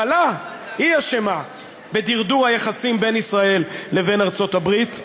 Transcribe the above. שהממשלה אשמה בדרדור היחסים בין ישראל לבין ארצות-הברית.